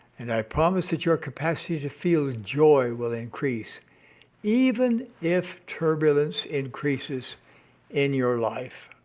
and i promise that your capacity to feel joy will increase even if turbulence increases in your life.